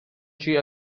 she